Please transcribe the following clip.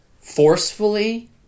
forcefully